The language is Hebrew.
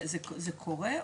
זה קורה?